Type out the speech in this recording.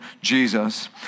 Jesus